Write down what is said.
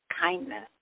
kindness